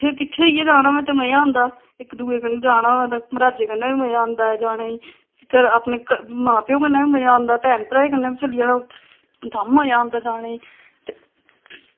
जे किट्ठे होइयै जाना होऐ ते मज़ा आंदा इक दुए कन्नै होऐ ते मर्हाजै कन्नै बी मज़ा आंदा ऐ जाने ई फिर अपने घरै मां प्यो कन्नै बी मज़ा आंदा भैन भ्राएं कन्नै बी चली जाना उत्थें तां बी मज़ा आंदा जाने गी